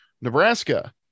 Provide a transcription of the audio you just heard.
nebraska